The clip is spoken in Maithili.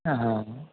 हँ हँ